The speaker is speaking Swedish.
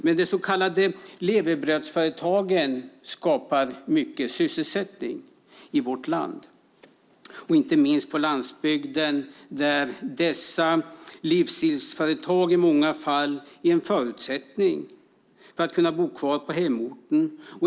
Men de så kallade levebrödsföretagen skapar mycket sysselsättning i vårt land, inte minst på landsbygden där dessa livsstilsföretag i många fall är en förutsättning för att man ska kunna bo kvar på hemorten.